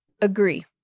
agree